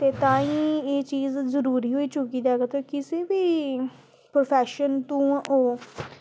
ते ताहीं एह् चीज़ जरूरी होई चुक्की दी ऐ की तुस बी प्रोफैशन तों ओ